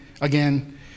again